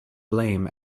blame